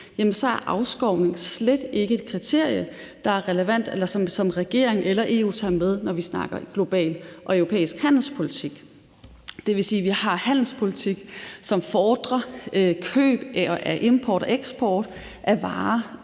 er afskovning slet ikke et kriterie, der er relevant, eller som regeringen eller EU tager med, når vi snakker global og europæisk handelspolitik. Det vil sige, at vi har en handelspolitik, som fordrer import og eksport af varer,